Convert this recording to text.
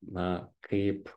na kaip